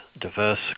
diverse